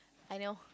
I know